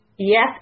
Yes